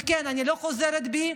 וכן, אני לא חוזרת בי.